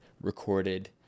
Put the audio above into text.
recorded